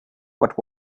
what